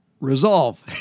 Resolve